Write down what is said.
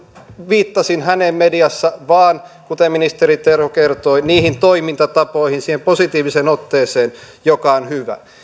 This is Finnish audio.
viittasin häneen mediassa vaan kuten ministeri terho kertoi niihin toimintatapoihin siihen positiiviseen otteeseen joka on hyvä